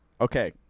Okay